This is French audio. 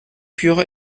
pure